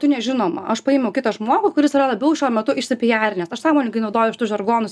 tu nežinoma aš paėmiau kitą žmogų kuris yra labiau šiuo metu išsipijarinęs aš sąmoningai naudoju šitus žargonus